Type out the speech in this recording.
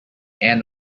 end